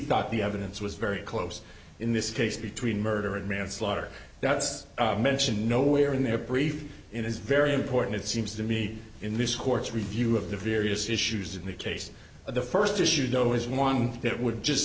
thought the evidence was very close in this case between murder and manslaughter that's mentioned nowhere in their brief in his very important it seems to me in this court's review of the various issues in the case of the first issue though is one that would just